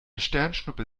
sternschnuppe